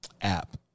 app